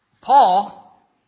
Paul